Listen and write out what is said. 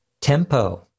tempo